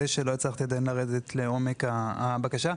שלא הצלחתי עדיין לרדת לעומק הבקשה.